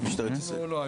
לא?